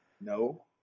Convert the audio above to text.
No